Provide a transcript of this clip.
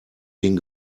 den